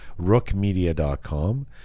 rookmedia.com